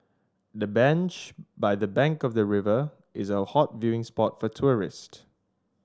the bench by the bank of the river is a hot viewing spot for tourists